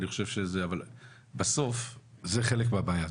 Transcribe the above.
אבל בסוף זה חלק מהבעיה.